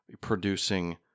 Producing